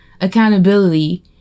accountability